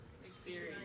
Experience